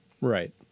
Right